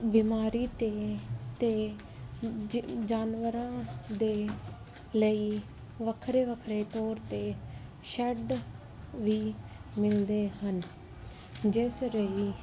ਬਿਮਾਰੀ 'ਤੇ ਅਤੇ ਜ ਜਾਨਵਰਾਂ ਦੇ ਲਈ ਵੱਖਰੇ ਵੱਖਰੇ ਤੌਰ 'ਤੇ ਸ਼ੈੱਡ ਵੀ ਮਿਲਦੇ ਹਨ ਜਿਸ ਰਾਹੀਂ